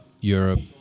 Europe